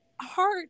heart